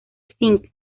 singh